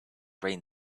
brain